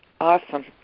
Awesome